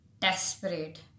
desperate